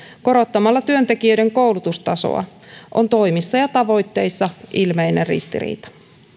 korottamalla työntekijöiden koulutustasoa on toimissa ja tavoitteissa ilmeinen ristiriita